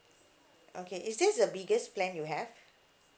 okay is this the biggest plan you have